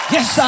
Yes